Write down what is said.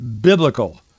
biblical